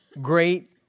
great